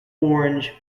orange